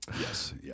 Yes